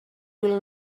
will